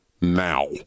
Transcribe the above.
now